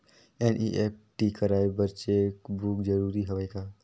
NEFT कराय बर cheque book जरूरी हवय का?